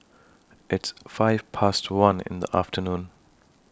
its five Past one in The afternoon